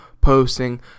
posting